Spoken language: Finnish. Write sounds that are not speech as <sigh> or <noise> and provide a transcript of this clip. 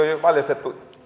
<unintelligible> jo valjastettu